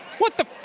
what the